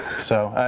so